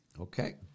Okay